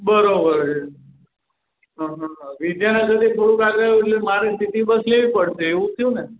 બરાબર છે હં હં વિદ્યાનગરથી થોડુંક આગળ એટલે મારે સીટી બસ લેવી પડશે એવું થયું ને